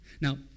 Now